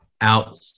out